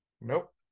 Nope